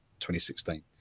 2016